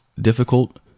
difficult